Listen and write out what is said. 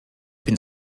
bin